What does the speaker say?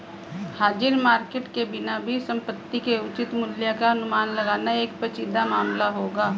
हाजिर मार्केट के बिना भी संपत्ति के उचित मूल्य का अनुमान लगाना एक पेचीदा मामला होगा